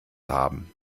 haben